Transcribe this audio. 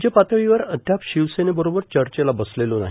राज्यपातळीवर अद्याप शिवसेनेबरोबर चर्चेला बसलेलो नाही